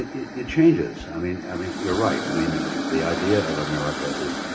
it, it, it changes. i mean, i mean, you're right, i mean the idea of america is,